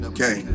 Okay